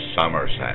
Somerset